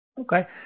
okay